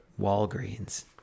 Walgreens